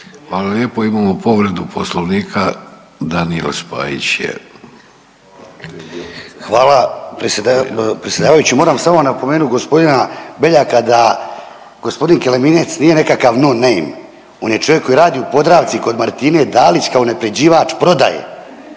hvala lijepo. Imamo povredu poslovnika Daniel Spajić je. **Spajić, Daniel (DP)** Hvala predsjedavajući. Moram samo napomenut g. Beljaka da g. Keleminec no name, on je čovjek koji radi u Podravci kod Martine Dalić kao unapređivač prodaje,